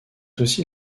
aussi